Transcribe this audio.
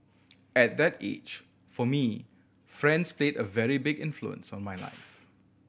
at that age for me friends played a very big influence on my life